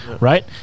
right